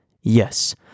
Yes